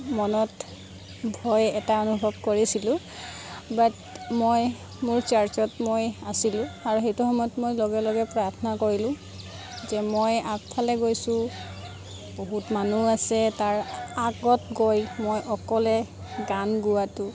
মনত ভয় এটা অনুভৱ কৰিছিলোঁ বাট মই মোৰ চাৰ্চত মই আছিলোঁ আৰু সেইটো সময়ত মই লগে লগে প্ৰাৰ্থনা কৰিলোঁ যে মই আগফালে গৈছোঁ বহুত মানুহ আছে তাৰ আগত গৈ মই অকলে গান গোৱাটো